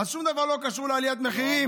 אז שום דבר לא קשור לעליית מחירים?